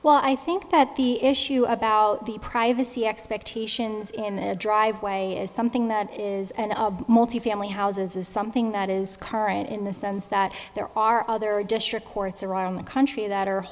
well i think that the issue about the privacy expectations in the driveway is something that is multifamily houses is something that is current in the sense that there are other district courts around the country that are